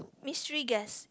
mystery guest